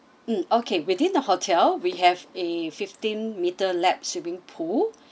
mm okay within the hotel we have a fifteen meter lap swimming pool